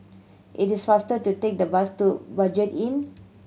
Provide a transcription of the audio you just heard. it is faster to take the bus to Budget Inn